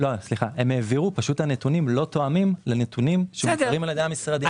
רק שהנתונים לא תואמים לנתונים שנמסרים על ידי המשרדים.